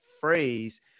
phrase